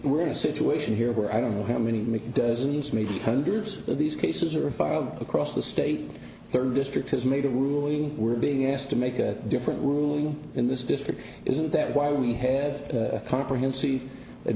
we're in a situation here where i don't know how many make dozens maybe hundreds of these cases are filed across the state third district has made a ruling we're being asked to make a different rule in this district isn't that why we have a comprehensive